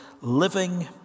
living